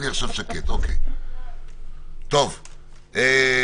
ואני לא ארחיב על זה כי כבר נשמעו דוגמאות אבל הדוגמאות הן קשות,